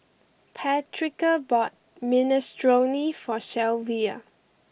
Patrica bought Minestrone for Shelvia